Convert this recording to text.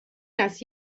است